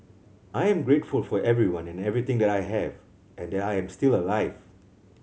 I am grateful for everyone and everything that I have and that I am still alive